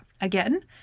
Again